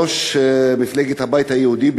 ראש מפלגת הבית היהודי,